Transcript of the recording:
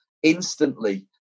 instantly